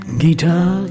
guitar